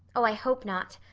oh, i hope not.